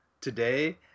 today